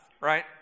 right